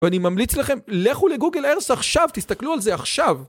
ואני ממליץ לכם, לכו לגוגל ארת' עכשיו, תסתכלו על זה עכשיו!